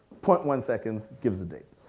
point one seconds, gives the date.